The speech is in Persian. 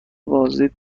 بازدید